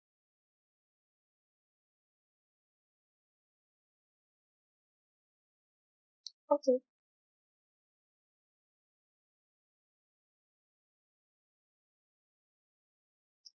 okay